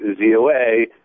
ZOA